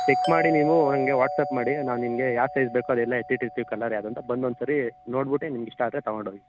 check ಮಾಡಿ ನೀವು ನನ್ಗೆ ವಾಟ್ಸ್ಆ್ಯಪ್ ಮಾಡಿ ನಾನು ನಿಮಗೆ ಯಾವ ಸೈಜ್ ಬೇಕು ಅದೆಲ್ಲ ಎತ್ತಿ ಇಟ್ಟಿರ್ತೀನಿ ಕಲರ್ ಯಾವ್ದು ಅಂತ ಬಂದು ಒಂದು ಸಾರಿ ನೋಡ್ಬಿಟ್ಟು ನಿಮ್ಗೆ ಇಷ್ಟ ಆದರೆ ತಗೊಂಡು ಹೋಗಿ